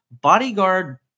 Bodyguard